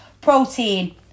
protein